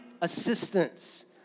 assistance